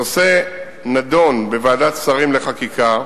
הנושא נדון בוועדת שרים לחקיקה,